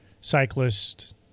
cyclists